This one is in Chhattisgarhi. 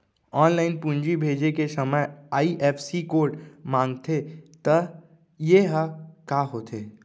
ऑनलाइन पूंजी भेजे के समय आई.एफ.एस.सी कोड माँगथे त ये ह का होथे?